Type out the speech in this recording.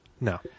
No